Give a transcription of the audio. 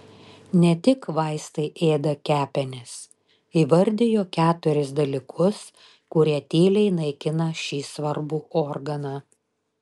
ne tik vaistai ėda kepenis įvardijo keturis dalykus kurie tyliai naikina šį svarbų organą